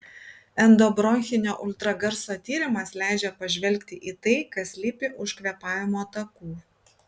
endobronchinio ultragarso tyrimas leidžia pažvelgti į tai kas slypi už kvėpavimo takų